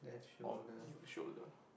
or near the shoulder